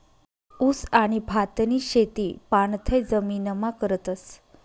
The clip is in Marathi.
ऊस आणि भातनी शेती पाणथय जमीनमा करतस